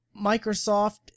Microsoft